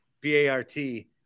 B-A-R-T